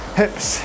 hips